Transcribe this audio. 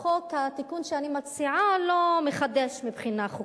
התיקון שאני מציעה לא מחדש מבחינה חוקית,